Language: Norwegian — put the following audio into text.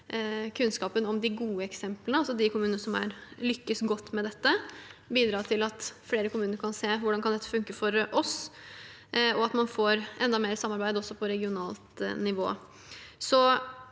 kunnskapen om de gode eksemplene – altså om de kommunene som lykkes godt med dette – og bidra til at flere kommuner kan se hvordan dette kan fungere for dem, og at man får enda mer samarbeid også på regionalt nivå.